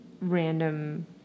random